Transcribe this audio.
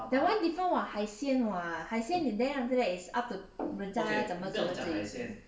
that one different [what] 海鲜 [what] 海鲜 then after that it's up to 人家要怎么自己煮